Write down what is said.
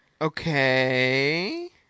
Okay